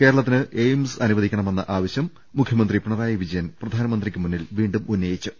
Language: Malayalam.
കേരളത്തിന് എയിംസ് അനുവദിക്കണമെന്ന ആവശ്യം മുഖ്യമന്ത്രി പിണറായി വിജയൻ പ്രധാനമന്ത്രിക്ക് മുന്നിൽ വീണ്ടും ഉന്നയിച്ചു